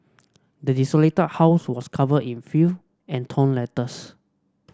the desolated house was covered in filth and torn letters